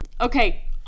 okay